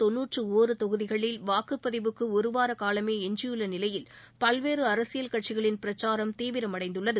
தொகுதிகளில் வாக்குப்பதிவுக்கு ஒருவார காலமே எஞ்சியுள்ள நிலையில் பல்வேறு அரசியல் கட்சிகளின் பிரச்சாரம் தீவிரமடைந்துள்ளது